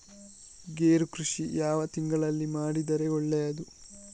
ಗೇರು ಕೃಷಿ ಯಾವ ತಿಂಗಳಲ್ಲಿ ಮಾಡಿದರೆ ಒಳ್ಳೆಯದು?